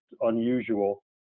unusual